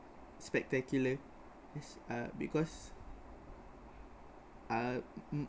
spectacular uh because uh